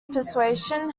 persuasion